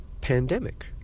pandemic